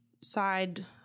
side